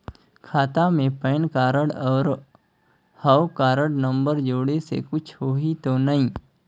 खाता मे PAN card और हव कारड नंबर जोड़े से कुछ होही तो नइ?